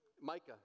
Micah